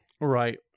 right